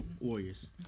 Warriors